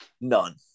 None